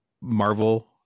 marvel